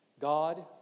God